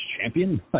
champion